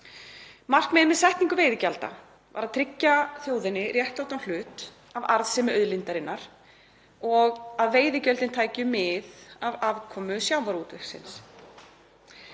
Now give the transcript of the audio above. Markmiðið með setningu veiðigjalds var að tryggja þjóðinni réttlátan hlut af arðsemi auðlindarinnar og að veiðigjaldið tæki mið af afkomu sjávarútvegsins.